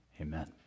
Amen